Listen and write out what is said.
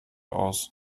aus